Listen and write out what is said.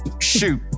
Shoot